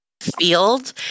field